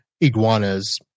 iguanas